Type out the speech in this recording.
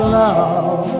love